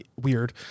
weird